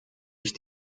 ich